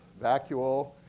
vacuole